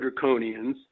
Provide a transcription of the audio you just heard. Draconians